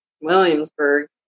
Williamsburg